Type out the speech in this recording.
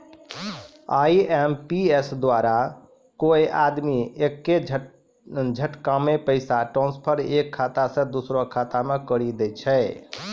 IMPS द्वारा कोय आदमी एक्के झटकामे पैसा ट्रांसफर एक खाता से दुसरो खाता मे करी दै छै